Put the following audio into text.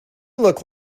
look